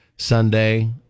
Sunday